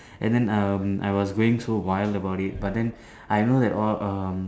and then um I was going too wild about it but then I know that all um